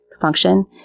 function